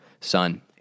son